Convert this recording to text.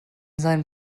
seinem